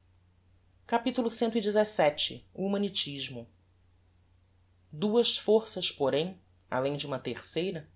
triste capitulo cxvii o humanitismo duas forças porém além de uma terceira